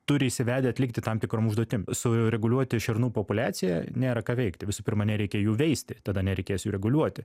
turi įsivedę atlikti tam tikrom užduotim sureguliuoti šernų populiacija nėra ką veikti visu pirma nereikia jų veisti tada nereikės jų reguliuoti